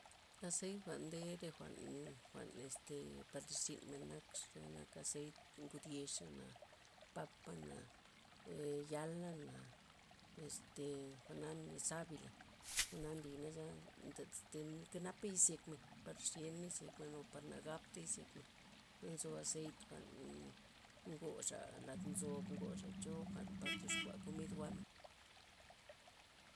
Azeit' jwa'n nde re jwa'n- jwa'n este par lizynmen nak xe nak azeit ngud yexa'na, papana', yal lana', este jwa'na zabila, jwa'na nli naza nnt- nkenapa' yis zyekmen, par xien' izyekmen o par nagaptey izyekmen, nzo azeit jwa'n ngoxa' lad nzob, ngoxa' choja' jwa'n par tioxkua komid jwa'men.